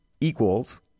equals